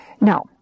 Now